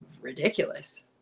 ridiculous